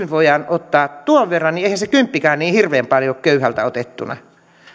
voidaan ottaa tuon verran niin eihän se kymppikään ole niin hirveän paljon köyhältä otettuna